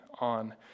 on